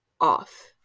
off